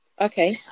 okay